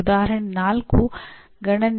ಒಂದು ಉದಾಹರಣೆಯನ್ನು ತೆಗೆದುಕೊಳ್ಳೋಣ